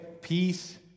peace